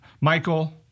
Michael